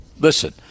listen